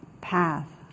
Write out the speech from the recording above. path